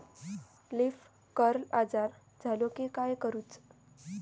Leaf curl आजार झालो की काय करूच?